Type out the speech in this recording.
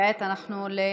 וכעת אנחנו בהצבעה.